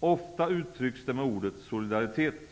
Ofta uttrycks det med ordet solidaritet.